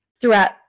throughout